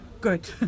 good